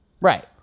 Right